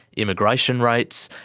immigration rates,